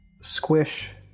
squish